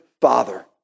father